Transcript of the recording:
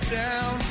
down